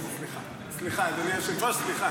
סליחה, סליחה.